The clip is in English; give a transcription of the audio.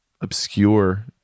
obscure